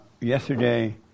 yesterday